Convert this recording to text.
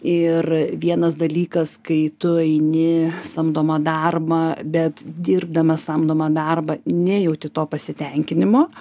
ir vienas dalykas kai tu eini samdomą darbą bet dirbdama samdomą darbą nejauti to pasitenkinimo